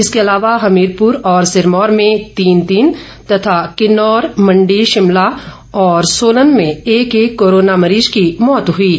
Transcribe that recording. इसके अलावा हमीरपुर और सिरमौर में तीन तीन तथा किन्नौर मंडी शिमला और सोलन में एक एक कोरोना मरीज की मौत हुई है